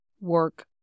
work